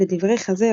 לדברי חזה,